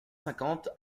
cinquante